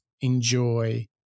enjoy